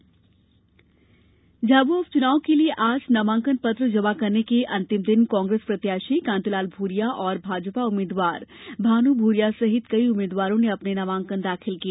झाबुआ उपचुनाव झाबुआ उपचुनाव के लिए आज नामांकन पत्र जमा करने के अंतिम दिन कांग्रेस प्रत्याशी कांतिलाल भूरिया और भाजपा उम्मीदवार भानू भूरिया सहित कई उम्मीदवारों ने अपने नामांकन दाखिल किए